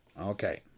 Okay